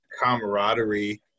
camaraderie